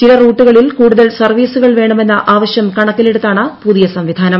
ചില റൂട്ടുകളിൽ കൂടുതൽ സർവ്വീസുകൾ വേണമെന്ന ആവശ്യം കണക്കിലെടുത്താണ് പുതിയ സംവിധാനം